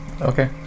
Okay